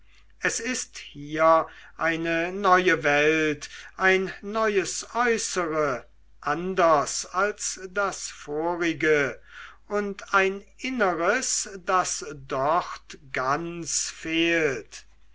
es ist hier eine neue welt ein neues äußere anders als das vorige und ein inneres das dort ganz fehlt